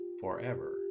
forever